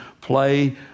play